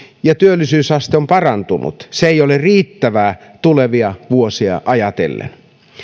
ja työllisyysaste on parantunut se ei ole riittävää tulevia vuosia ajatellen